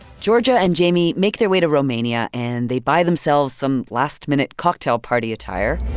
georgia and jamie make their way to romania, and they buy themselves some last-minute cocktail party attire